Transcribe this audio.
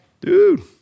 Dude